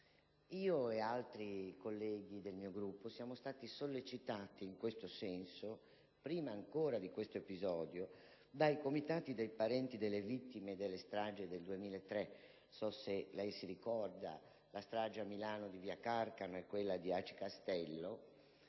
Io e altri colleghi del mio Gruppo siamo stati sollecitati in questo senso, prima ancora di questo episodio, dai comitati dei parenti delle vittime delle stragi del 2003 (non so se lei ricorda la strage di Milano di via Carcano e quella di Aci Castello)